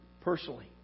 personally